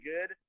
good